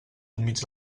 enmig